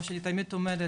כמו שאני תמיד אומרת,